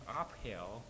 uphill